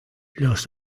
los